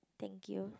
thank you